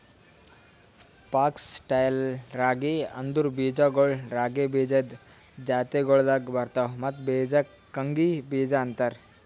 fox tail ರಾಗಿ ಅಂದುರ್ ಬೀಜಗೊಳ್ ರಾಗಿ ಬೀಜದ್ ಜಾತಿಗೊಳ್ದಾಗ್ ಬರ್ತವ್ ಮತ್ತ ಬೀಜಕ್ ಕಂಗ್ನಿ ಬೀಜ ಅಂತಾರ್